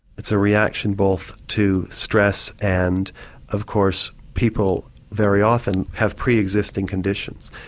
it's a reaction both to stress and of course people very often have pre-existing conditions.